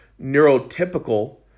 neurotypical